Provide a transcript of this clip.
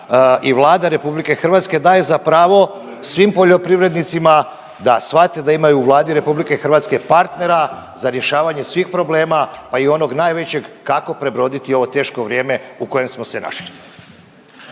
i Vlade RH daje za pravo svim poljoprivrednicima da svate da imaju u Vladi RH partnera za rješavanje svih problema, pa i onog najvećeg kako prebroditi ovo teško vrijeme u kojem smo se našli.